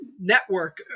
network